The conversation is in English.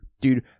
Dude